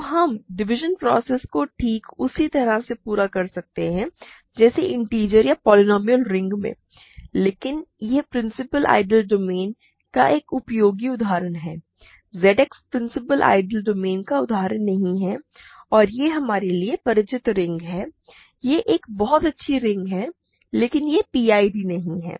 तो हम division process को ठीक उसी तरह से पूरा कर सकते हैं जैसे इन्टिजर या पोलीनोमिअल रिंग में लेकिन यह प्रिंसिपल आइडियल डोमेन का एक उपयोगी उदाहरण है Z X principal ideal domain का उदाहरण नहीं है और यह हमारे लिए परिचित रिंग है यह एक बहुत अच्छी रिंग है लेकिन यह एक पीआईडी नहीं है